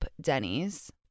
Denny's